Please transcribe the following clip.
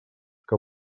que